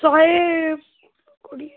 ଶହେ କୋଡ଼ିଏ